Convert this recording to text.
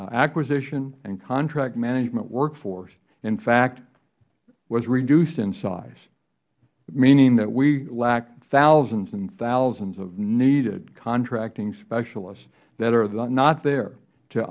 contract acquisition and contract management workforce in fact was reduced in size meaning that we lacked thousands and thousands of needed contracting specialists that are not there to